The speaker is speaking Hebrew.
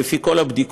ולפי כל הבדיקות,